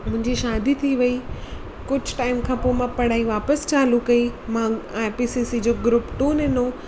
मुंहिंजी शादी थी वई कुझु टाइम खां पोइ मां पढ़ाई वापसि चालू कई मां आईपीसीसी जो ग्रूप टू ॾिनो